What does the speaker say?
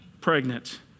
pregnant